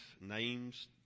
names